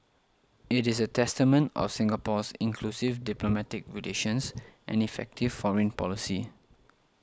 it is a testament of Singapore's inclusive diplomatic relations and effective foreign policy